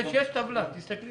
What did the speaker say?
יש טבלה, תסתכלי.